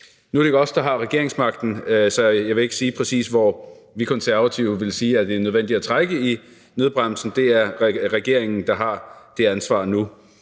Nu er det ikke os, der har regeringsmagten, så jeg vil ikke sige, præcis hvor vi Konservative vil sige, at det er nødvendigt at trække i nødbremsen, det er regeringen, der har det ansvar nu.